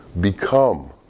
Become